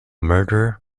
murderer